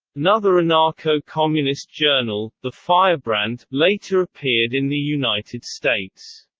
another anarcho-communist journal, the firebrand, later appeared in the united states.